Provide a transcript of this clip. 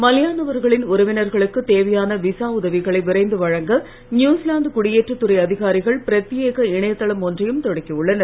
பலியானவர்களின் உறவினர்களுக்கு தேவையான விசா உதவிகளை விரைந்து வழங்க நியூசிலாந்து குடியேற்றத் துறை அதிகாரிகள் பிரத்தியேக இணையதளம் ஒன்றையும் தொடக்கியுள்ளனர்